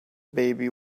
baby